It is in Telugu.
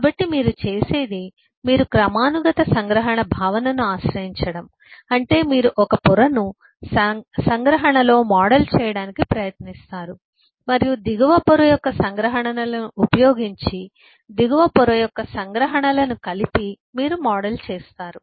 కాబట్టి మీరు చేసేది మీరు క్రమానుగత సంగ్రహణ భావనను ఆశ్రయించడం అంటే మీరు ఒక పొరను సంగ్రహణలో మోడల్ చేయడానికి ప్రయత్నిస్తారు మరియు దిగువ పొర యొక్క సంగ్రహణలను ఉపయోగించి దిగువ పొర యొక్క సంగ్రహణలను కలిపి మీరు మోడల్ చేస్తారు